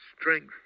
strength